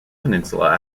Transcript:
peninsula